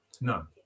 No